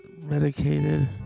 Medicated